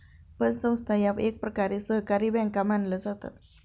पतसंस्था या एकप्रकारे सहकारी बँका मानल्या जातात